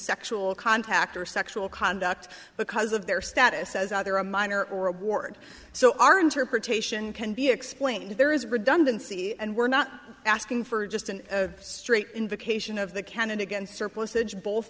sexual contact or sexual conduct because of their status as either a minor or a ward so our interpretation can be explained there is redundancy and we're not asking for just an straight invocation of the candidate